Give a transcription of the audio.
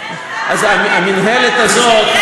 אז המינהלת הזאת,